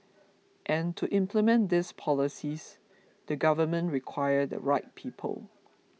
and to implement these policies the government require the right people